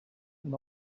and